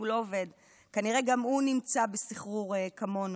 כנראה שגם הוא נמצא בסחרור, כמונו.